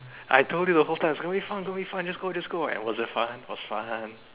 I told you the whole time it's gonna be fun just go just go and was it fun was fun